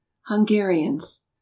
Hungarians